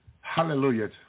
hallelujah